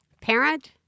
parent